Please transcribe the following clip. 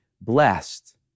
blessed